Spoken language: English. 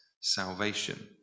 salvation